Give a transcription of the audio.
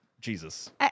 jesus